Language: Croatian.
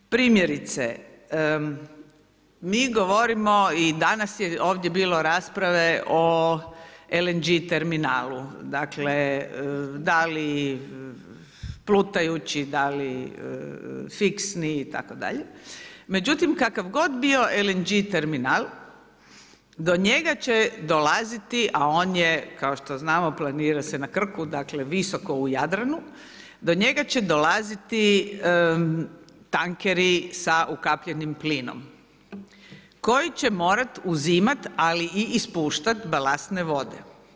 Primjerice, mi govorimo i danas je ovdje bilo rasprave o LNG terminalu, dakle da li plutajući, da li fiksni itd., međutim kakav god bio LNG terminal do njega će dolaziti, a on je kao što znamo planira se na Krku dakle visoko u Jadranu, do njega će dolaziti tankeri sa ukapljenim plinom koji će morat uzimat, ali i ispuštat balastne vode.